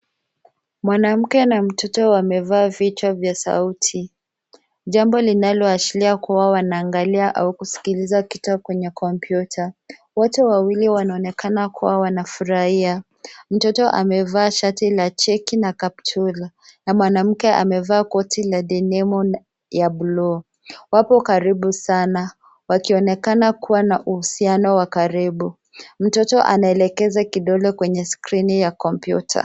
Mwanamke na mtoto wamevaa vifaa vya sauti. Inaonekana wanatazama au kusikiliza kitu kwenye kompyuta. Wote wawili wanaonekana kufurahia. Mtoto amevaa shati la cheki na kaptura, na mwanamke amevaa koti. Wapo karibu sana, wakionyesha uhusiano wa karibu. Mtoto anaonyesha kidole kwenye skrini ya kompyuta